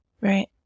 Right